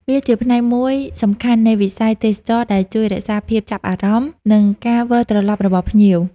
វាជាផ្នែកមួយសំខាន់នៃវិស័យទេសចរណ៍ដែលជួយរក្សាភាពចាប់អារម្មណ៍ និងការវិលត្រឡប់របស់ភ្ញៀវ។